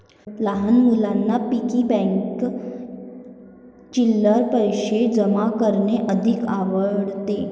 लहान मुलांना पिग्गी बँकेत चिल्लर पैशे जमा करणे अधिक आवडते